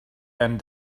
and